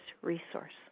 resource